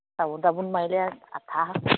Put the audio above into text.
চাবোন তাবোন মাৰিলে আঠা হয়